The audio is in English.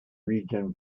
region